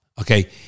Okay